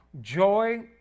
joy